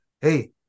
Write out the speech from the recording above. hey